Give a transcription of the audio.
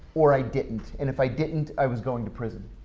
or i didn't. and if i didn't, i was going to prison.